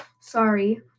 sorry